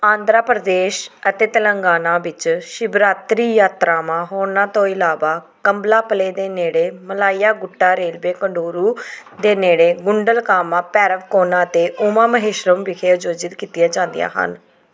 ਆਂਧਰਾ ਪ੍ਰਦੇਸ਼ ਅਤੇ ਤੇਲੰਗਾਨਾ ਵਿੱਚ ਸ਼ਿਵਰਾਤਰੀ ਯਾਤਰਾਵਾਂ ਹੋਰਨਾਂ ਤੋਂ ਇਲਾਵਾ ਕੰਭਲਾਪਲੇ ਦੇ ਨੇੜੇ ਮਲਾਈਆ ਗੁੱਟਾ ਰੇਲਵੇ ਕੋਡੂਰੂ ਦੇ ਨੇੜੇ ਗੁੰਡਲਕਾਮਾ ਭੈਰਵਕੋਨਾ ਅਤੇ ਉਮਾ ਮਹੇਸ਼ਵਰਮ ਵਿਖੇ ਅਯੋਜਿਤ ਕੀਤੀਆਂ ਜਾਂਦੀਆਂ ਹਨ